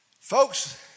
Folks